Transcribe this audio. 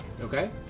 Okay